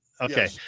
okay